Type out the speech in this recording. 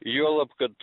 juolab kad